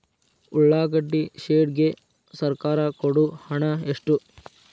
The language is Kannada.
ಉಳ್ಳಾಗಡ್ಡಿ ಶೆಡ್ ಗೆ ಸರ್ಕಾರ ಕೊಡು ಹಣ ಎಷ್ಟು?